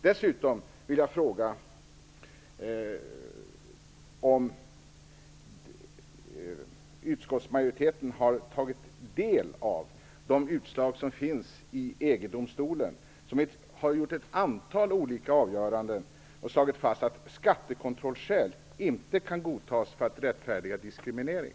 Dessutom vill jag fråga om utskottsmajoriteten har tagit del av de utslag som gjorts av EG-domstolen. Den har i ett antal olika avgöranden slagit fast att skattekontrollskäl inte kan godtas för att rättfärdiga diskriminering.